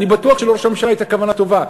אני בטוח שלראש הממשלה הייתה כוונה טובה,